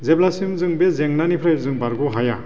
जेब्लासिम जों बे जेंनानिफ्राय जों बारग'हाया